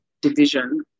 division